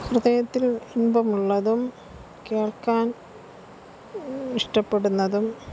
ഹൃദയത്തിൽ ഇമ്പമുള്ളതും കേൾക്കാൻ ഇഷ്ടപ്പെടുന്നതും